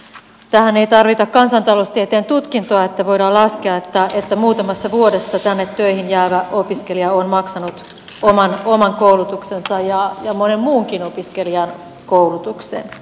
tähän ei tarvita kansantaloustieteen tutkintoa että voidaan laskea että tänne töihin jäävä opiskelija on muutamassa vuodessa maksanut oman koulutuksensa ja monen muunkin opiskelijan koulutuksen